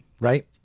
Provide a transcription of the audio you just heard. right